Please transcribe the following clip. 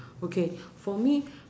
okay for me